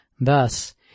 Thus